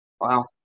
Wow